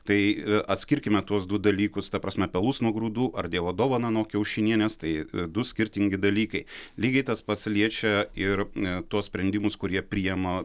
tai atskirkime tuos du dalykus ta prasme pelus nuo grūdų ar dievo dovaną nuo kiaušinienės tai du skirtingi dalykai lygiai tas pats liečia ir tuos sprendimus kurie priima